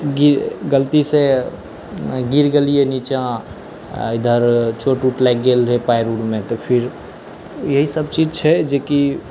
गिर गलतीसँ गिर गेलिए निचाँ आओर इधर चोट उट लागि गेल रहै पाएर उरमे तऽ फेर इएहसब चीज छै जेकि